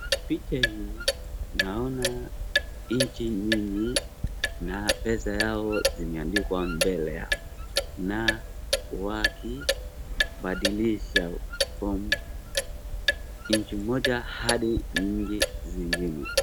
Picha hii naona nchi nyingi na pesa yao zimeandikwa mbele yao na wakibadilisha from nchi moja hadi nchi zingine.